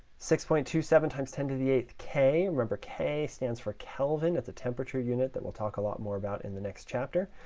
six point two seven times ten to the eight k. remember, k stands for kelvin. that's a temperature unit that we'll talk a lot more about in the next chapter.